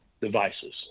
devices